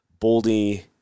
Boldy